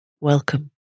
Welcome